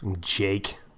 Jake